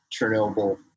Chernobyl